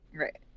Right